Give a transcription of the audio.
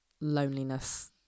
loneliness